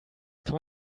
kann